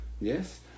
Yes